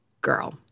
girl